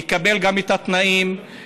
יקבל גם את התנאים,